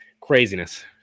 craziness